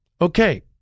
Okay